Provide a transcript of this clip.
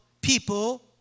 people